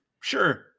sure